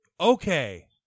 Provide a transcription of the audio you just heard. Okay